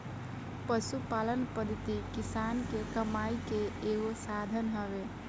पशुपालन पद्धति किसान के कमाई के एगो साधन हवे